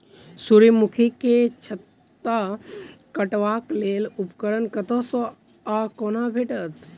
सूर्यमुखी केँ छत्ता काटबाक लेल उपकरण कतह सऽ आ कोना भेटत?